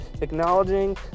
acknowledging